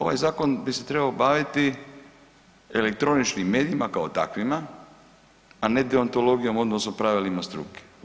Ovaj zakon bi se trebao baviti elektroničkim medijima kao takvima, a ne deontologijom odnosa o pravilima struke.